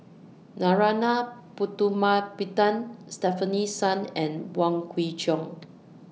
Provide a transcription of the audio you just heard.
Narana Putumaippittan Stefanie Sun and Wong Kwei Cheong